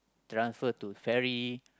transfer to ferry